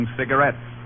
cigarettes